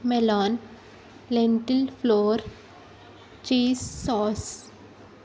melon lentil flour cheese sauce